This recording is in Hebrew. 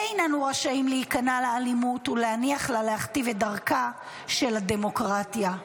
אין אנו רשאים להיכנע לאלימות ולהניח לה להכתיב את דרכה של הדמוקרטיה.